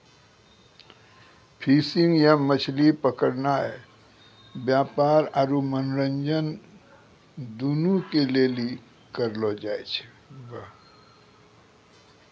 fishing या मछली पकड़नाय व्यापार आरु मनोरंजन दुनू के लेली करलो जाय छै